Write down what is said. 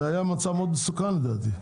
זה היה מצב מאוד מסוכן, לדעתי,